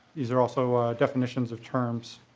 these are also definitions of terms.